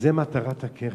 וזו מטרת הקרן.